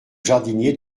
jardinier